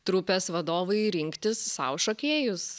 trupės vadovai rinktis sau šokėjus